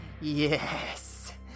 yes